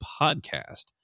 podcast